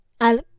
al